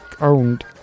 owned